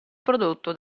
prodotto